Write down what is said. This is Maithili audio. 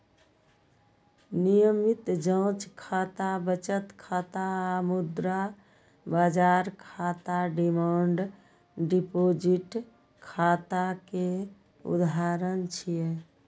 नियमित जांच खाता, बचत खाता आ मुद्रा बाजार खाता डिमांड डिपोजिट खाता के उदाहरण छियै